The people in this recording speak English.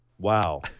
Wow